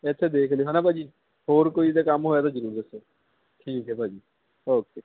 ਅਤੇ ਇੱਥੇ ਦੇਖ ਲਿਓ ਹੈ ਨਾ ਭਾਅ ਜੀ ਹੋਰ ਕੋਈ ਤੇ ਕੰਮ ਹੋਇਆ ਤਾਂ ਜ਼ਰੂਰ ਦੱਸਿਓ ਠੀਕ ਹੈ ਭਾਅ ਜੀ ਓਕੇ